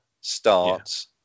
starts